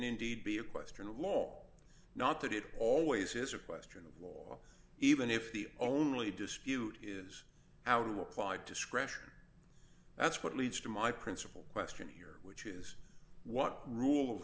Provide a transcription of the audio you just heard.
indeed be a question of law not that it always is a question of law even if the only dispute is how to apply discretion that's what leads to my principal question here which is what rule